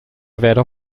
werde